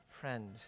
Friend